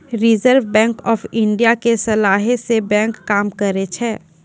reserve bank of India के सलाहे से बैंक काम करै छै